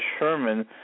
Sherman